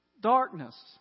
darkness